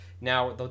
Now